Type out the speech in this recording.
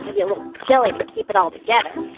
maybe a little jelly to keep it altogether